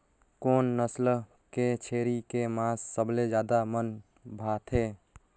कोन नस्ल के छेरी के मांस सबले ज्यादा मन भाथे?